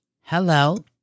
Hello